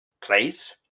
place